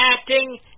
acting